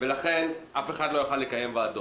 ולכן אף אחד לא יכול היה לקיים ועדות.